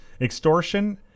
extortion